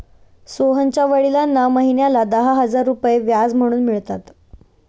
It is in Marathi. सोहनच्या वडिलांना महिन्याला दहा हजार रुपये व्याज म्हणून मिळतात